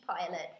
pilot